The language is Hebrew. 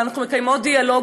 אבל אנחנו מקיימות דיאלוג,